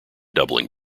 doubling